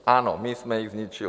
Ano, my jsme je zničili.